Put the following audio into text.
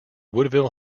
woodville